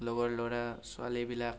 লগৰ ল'ৰা ছোৱালীবিলাক